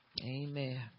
Amen